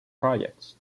projects